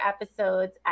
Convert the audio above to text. episodes